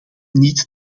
niet